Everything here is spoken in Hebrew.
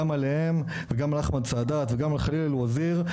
גם עליהם וגם על אחמד סאדאת וגם על חליל אל ווזיר,